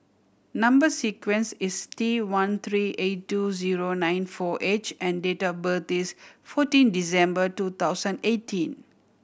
number sequence is T one three eight two zero nine four H and date of birth is fourteen December two thousand eighteen